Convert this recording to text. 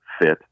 fit